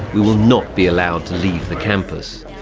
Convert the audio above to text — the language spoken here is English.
we will not be allowed to leave the campus.